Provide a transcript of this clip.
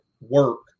work